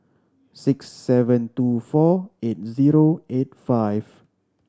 six seven two four eight zero eight five